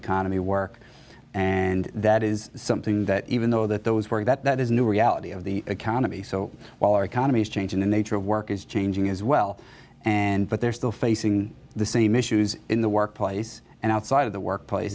the work and that is something that even though that those were that is a new reality of the economy so while our economy is changing the nature of work is changing as well and but there are still facing the same issues in the workplace and outside of the workplace